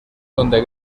dónde